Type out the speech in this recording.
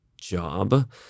job